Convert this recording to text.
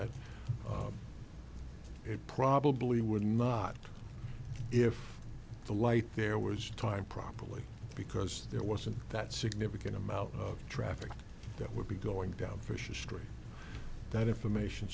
that it probably would not if the light there was time properly because there wasn't that significant amount of traffic that would be going down fisher street that information